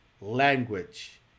language